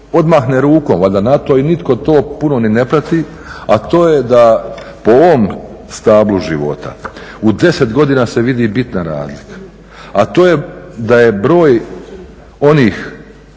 odmahne rukom na to i nitko to puno ni ne prati a to je da po ovom stablu života u 10 godina se vidi bitna razlika. A to je da je broj onih